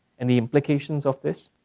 and the implications of this,